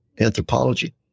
anthropology